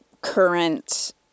current